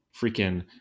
freaking